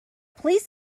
police